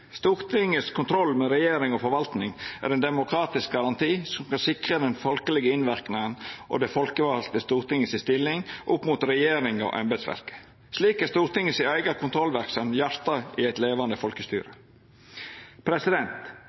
Stortingets kontroll med regjering og forvalting er ein demokratisk garanti som skal sikra den folkelege innverknaden og det folkevalde Stortinget si stilling opp mot regjering og embetsverk. Slik er Stortinget si eiga kontrollverksemd hjartet i eit levande folkestyre.